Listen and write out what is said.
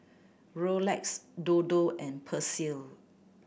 Rolex Dodo and Persil